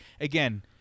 again